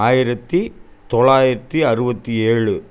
ஆயிரத்து தொள்ளாயிரத்தி அறுபத்தி ஏழு